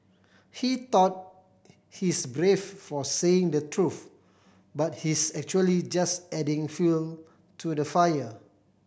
he thought he's brave for saying the truth but he's actually just adding fuel to the fire